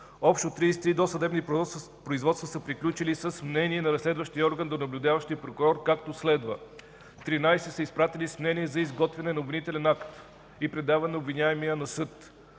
Общо 33 досъдебни производства са приключили с мнение на разследващи органи на наблюдаващия прокурор както следва: 13 са изпратени с мнение за изготвяне на обвинителен акт и предаване на обвиняемия на съд;